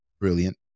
brilliant